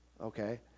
Okay